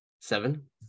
Seven